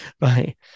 right